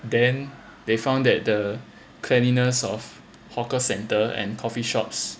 then they found that the cleanliness of hawker centre and coffee shops